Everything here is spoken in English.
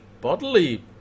bodily